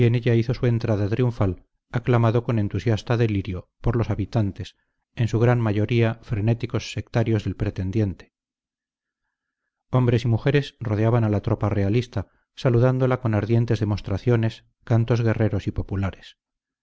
ella hizo su entrada triunfal aclamado con entusiasta delirio por los habitantes en su gran mayoría frenéticos sectarios del pretendiente hombres y mujeres rodeaban a la tropa realista saludándola con ardientes demostraciones cantos guerreros y populares